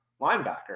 linebacker